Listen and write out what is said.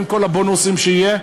עם כל הבונוסים שיהיו,